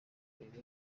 abiri